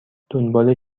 دنبال